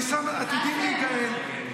בניסן עתידין להיגאל.